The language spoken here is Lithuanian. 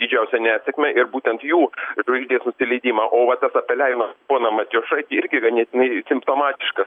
didžiausią nesėkmę ir būtent jų žvaigždės nusileidimą o vat tas apeliavimas poną matijošaitį irgi ganėtinai simptomatiškas